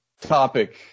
topic